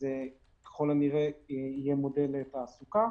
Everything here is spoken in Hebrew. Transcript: ככל הנראה יהיה מודל תעסוקה.